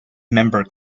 member